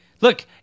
Look